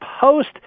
post